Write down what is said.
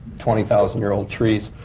twenty thousand year old trees.